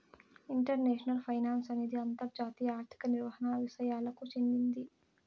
international finance అనేది అంతర్జాతీయ ఆర్థిక నిర్వహణ విసయాలకు చెందింది